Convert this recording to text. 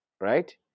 right